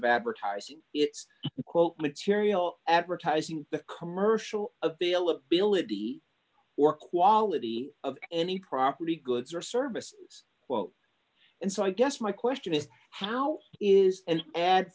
of advertising it's quote material advertising the commercial availability or quality of any property goods or services well and so i guess my question is how is an a